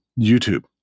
YouTube